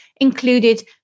included